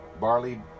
barley